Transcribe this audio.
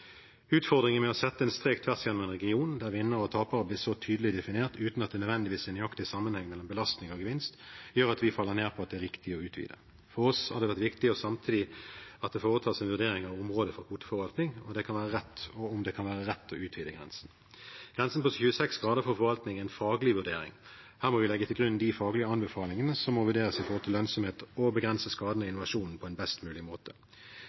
Utfordringen med å sette en strek tvers gjennom en region, der vinner og taper blir så tydelig definert uten at det nødvendigvis er en nøyaktig sammenheng mellom belastning og gevinst, gjør at vi faller ned på at det er riktig å utvide. For oss har det vært viktig at det samtidig foretas en vurdering av området for kvoteforvaltning og om det kan være rett å utvide grensen. Grensen på 26° for forvaltningen får en faglig vurdering. Her må vi legge til grunn at de faglige anbefalingene må vurderes med hensyn til lønnsomhet og begrense skaden med invasjon på en best mulig måte.